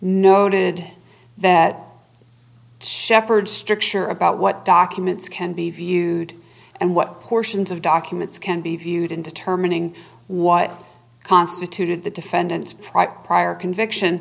noted that sheppard stricture about what documents can be viewed and what portions of documents can be viewed in determining what constituted the defendant's private prior conviction